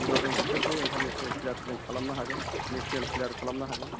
होमब्ला जों बिसोरखौ इन्टारनेसनेल प्लेयार जों खालामनो हागोन नेसनेल प्लेयार खालामनो हागोन